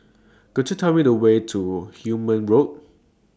Could YOU Tell Me The Way to Hume Avenue